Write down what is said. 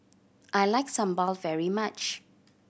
I like sambal very much